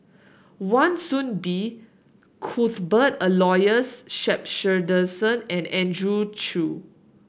Wan Soon Bee Cuthbert Aloysius Shepherdson and Andrew Chew